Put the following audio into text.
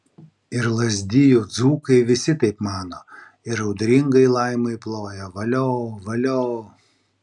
ir lazdijų dzūkai visi taip mano ir audringai laimai ploja valio valio